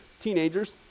teenagers